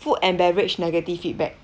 food and beverage negative feedback